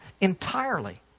entirely